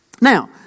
Now